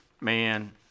Man